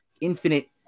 infinite